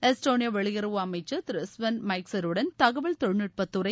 Estonia வெளியுறவு அமைச்ச் Thiru Sven மைக்சருடன் தகவல் தொழில்நுட்ப துறை